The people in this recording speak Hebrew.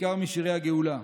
ובעיקר משירי הגאולה,